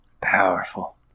Powerful